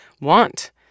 want